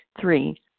Three